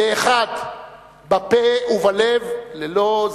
באחד בפה ובלב, ללא זיגזג.